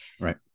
Right